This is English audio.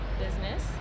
business